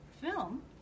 film